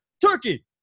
Turkey